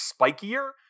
spikier